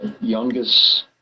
youngest